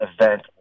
event